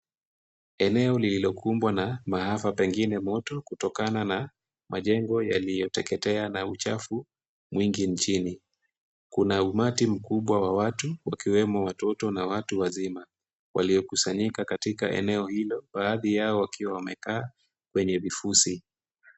Eneo lililokumbwa na maafa pengine moto kutokana na majengo yaliyoteketea na uchafu mwingi nchini. Kuna umati mkubwa wa watu, wakiwemo watoto na watu wazima. Waliokusanyika katika eneo hilo baadhi yao wakiwa wamekaa kwenye vifusi.